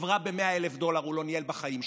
חברה ב-100,000 דולר הוא לא ניהל בחיים שלו.